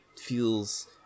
feels